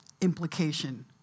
implication